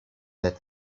that